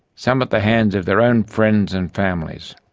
some at the hands of their own friends and families.